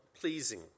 pleasing